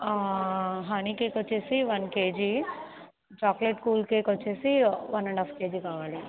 honey cake వచ్చేసి one KG chocolate cool cake వచ్చేసి one and half KG కావాలి